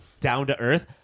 down-to-earth